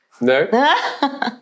No